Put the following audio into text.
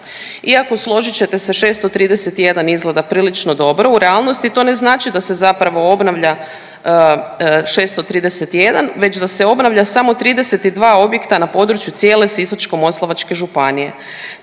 Iako, složit ćete se 631 izgleda prilično dobro u realnosti i to ne znači da se zapravo obnavlja 631 već da se obnavlja samo 32 objekta na području cijele Sisačko-moslavačke županije.